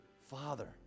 Father